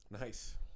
Nice